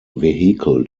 vehicle